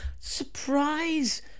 surprise